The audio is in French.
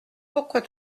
pourquoi